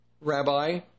Rabbi